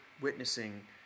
witnessing